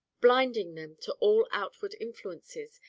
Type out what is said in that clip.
blinding them to all outward influences,